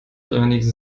reinigen